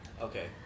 okay